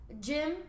gym